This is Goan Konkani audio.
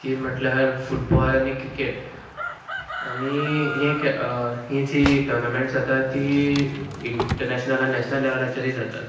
ती म्हटल्यार फुटबॉल आनी क्रिकेट आनी हें जी टोनामेंट्स जाता ती इंटरनॅशनल आनी नॅशनल लेवलाचेरूय जातात